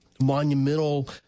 monumental